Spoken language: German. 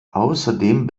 außerdem